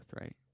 right